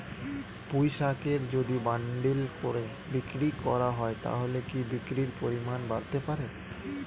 পুঁইশাকের যদি বান্ডিল করে বিক্রি করা হয় তাহলে কি বিক্রির পরিমাণ বাড়তে পারে?